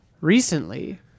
Recently